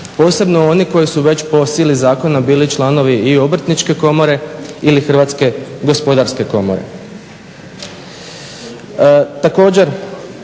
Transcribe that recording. Posebno oni koji su već po sili zakona bili članovi i Obrtničke komore ili Hrvatske poljoprivredne komore.